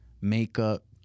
makeup